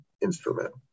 instrument